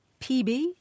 PB